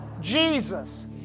Jesus